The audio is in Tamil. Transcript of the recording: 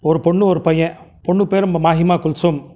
ஒரு பொண்ணு ஒரு பையன் பொண்ணு பேர் மாஹிமா குல்சோம்